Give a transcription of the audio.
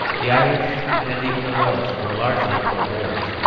the irish and even the welsh were largely pro-boers,